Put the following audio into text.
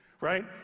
Right